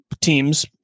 teams